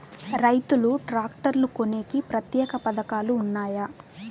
రైతులు ట్రాక్టర్లు కొనేకి ప్రత్యేక పథకాలు ఉన్నాయా?